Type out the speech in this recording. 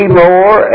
more